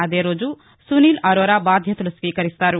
అదే రోజు సునీల్ అరోరా బాధ్యతలు స్వీకరిస్తారు